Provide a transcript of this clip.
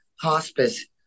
hospice